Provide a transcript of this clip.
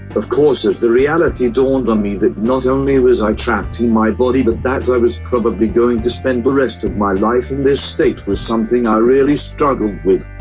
of course as the reality dawned on me that not only was i trapped in my body but that i was probably going to spend the rest of my life in this state was something i really struggled with.